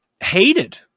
Hated